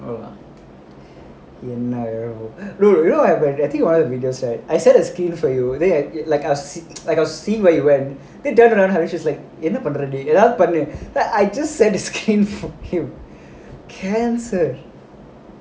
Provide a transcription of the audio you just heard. என்னவோ என்னடா:ennavo ennadaa dude you know all the videos right I send a screen for you then like I will see I will see where you went என்ன பண்ற:enna panara dey what பன்றாண்:pandraan I just send a screen for him cancer